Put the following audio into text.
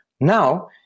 Now